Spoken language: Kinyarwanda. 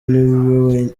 niwe